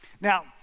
Now